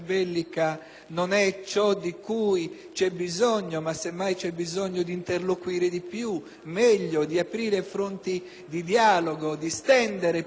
di cui c'è bisogno, perché semmai c'è bisogno di interloquire di più e meglio, di aprire fronti di dialogo e di stendere ponti di discussione.